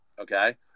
Okay